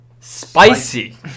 spicy